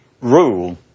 rule